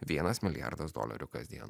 vienas milijardas dolerių kasdien